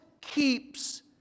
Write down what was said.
keeps